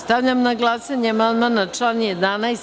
Stavljam na glasanje amandman na član 11.